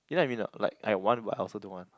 you know what I mean not like I want but I also don't want